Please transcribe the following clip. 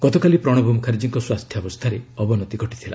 ଗତକାଲି ପ୍ରଣବ ମୁଖାର୍ଜୀଙ୍କ ସ୍ୱାସ୍ଥ୍ୟାବସ୍ଥାରେ ଅବନତୀ ଘଟିଥିଲା